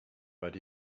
but